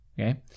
okay